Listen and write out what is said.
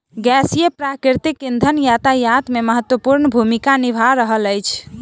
गैसीय प्राकृतिक इंधन यातायात मे महत्वपूर्ण भूमिका निभा रहल अछि